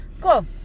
Cool